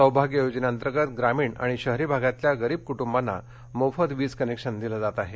सौभाग्य योजनेअंतर्गत ग्रामीण आणि शहरी भागांतल्या गरीब कुटुंबांना मोफत वीज कनेक्शन दिलं जात आहे